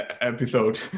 episode